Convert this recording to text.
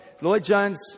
Lloyd-Jones